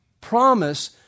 promise